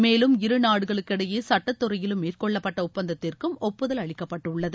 மேலும் இரு நாடுகளுக்கிடையே சுட்ட துறையிலும் மேற்கொள்ளப்பட்ட ஒப்பந்தத்திற்கு ஒப்புதல் அளிக்கப்பட்டுள்ளது